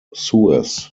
suez